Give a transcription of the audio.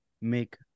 make